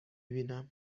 بینم